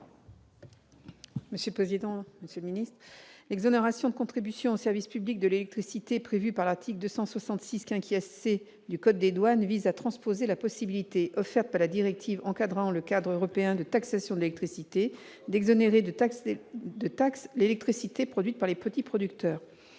présenter l'amendement n° 138 rectifié . L'exonération de contribution au service public de l'électricité, ou CSPE, prévue par l'article 266 C du code des douanes transpose la possibilité, offerte par la directive encadrant le cadre européen de taxation de l'électricité, d'exonérer de taxe l'électricité produite par les petits producteurs.